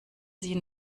sie